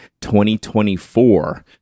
2024